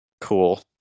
Cool